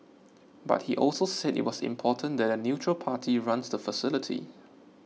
but he also said it was important that a neutral party runs the facility